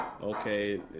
Okay